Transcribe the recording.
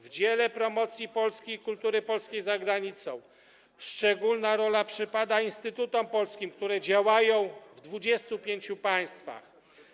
W dziele promocji polskiej kultury i Polski za granicą szczególna rola przypada instytutom polskim, które działają w 25 państwach.